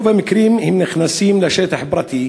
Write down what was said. ברוב המקרים הם נכנסים לשטח פרטי